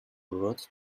brought